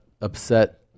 upset